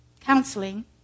counseling